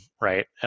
right